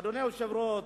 אדוני היושב-ראש,